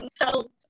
help